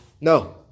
no